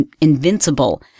invincible